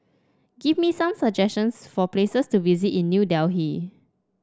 give me some suggestions for places to visit in New Delhi